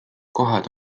kohad